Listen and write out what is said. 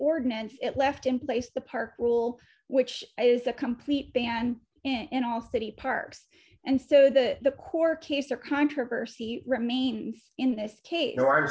ordinance it left in place the park rule which is a complete ban and all city parks and so that the core case the controversy remains in this case